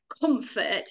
comfort